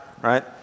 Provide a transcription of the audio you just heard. right